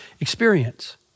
experience